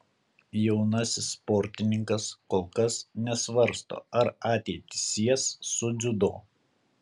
jaunasis sportininkas kol kas nesvarsto ar ateitį sies su dziudo